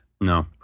No